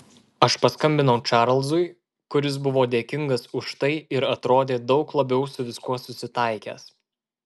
aš paskambinau čarlzui kuris buvo dėkingas už tai ir atrodė daug labiau su viskuo susitaikęs